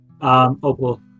Opal